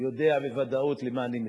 שיודע בוודאות למה אני מתכוון.